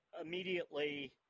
immediately